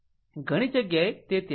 ઘણી જગ્યાએ તે ત્યાં છે